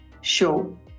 show